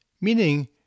Meaning